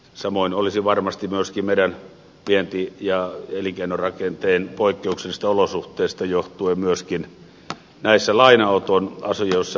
samoin olisi varmasti myöskin meidän vienti ja elinkeinorakenteemme poikkeuksellisista olosuhteista johtuen myöskin näissä lainanoton asioissa